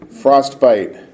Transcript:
Frostbite